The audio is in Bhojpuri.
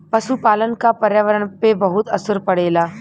पसुपालन क पर्यावरण पे बहुत असर पड़ेला